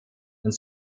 und